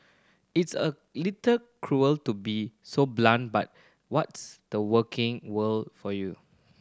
it's a little cruel to be so blunt but what's the working world for you